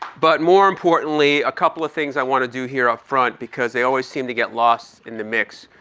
but more importantly, a couple of things i want to do here up ah front because they always seem to get lost in the mix.